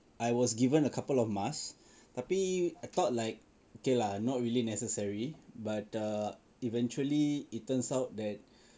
I was given a couple of mask tapi I thought like okay lah not really necessary but err eventually it turns out that